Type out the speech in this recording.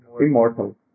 immortal